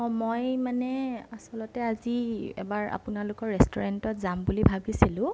অঁ মই মানে আচলতে আজি এবাৰ আপোনালোকৰ ৰেষ্টুৰেণ্টত যাম বুলি ভাবিছিলোঁ